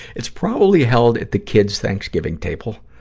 it's probably held at the kid's thanksgiving table.